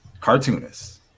cartoonist